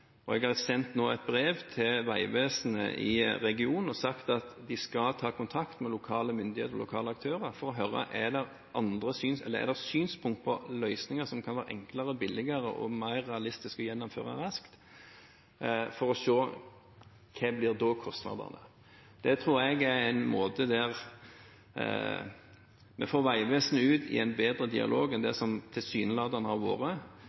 jeg har nå sendt et brev til Vegvesenet i regionen og sagt at de skal ta kontakt med lokale myndigheter og lokale aktører for å høre om det er synspunkter på løsninger som kan være enklere og billigere og mer realistisk å gjennomføre raskt, for å se hva kostnadene da blir. Det tror jeg er en måte å få Vegvesenet ut i en bedre dialog på enn det som tilsynelatende har vært.